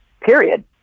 Period